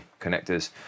connectors